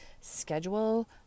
schedule